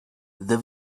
there